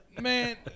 Man